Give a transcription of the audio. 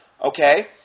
okay